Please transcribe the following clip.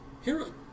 hero